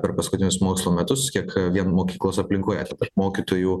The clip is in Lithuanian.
per paskutinius mokslo metus kiek vien mokyklos aplinkoje mokytojų